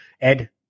Ed